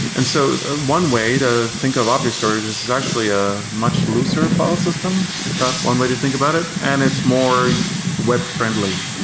and so ah one way to think of object storage is it's actually a much looser file system, if that's one way to think about it, and it's more web friendly.